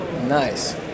Nice